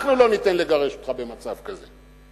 אנחנו לא ניתן לגרש אותך במצב כזה.